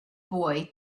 boy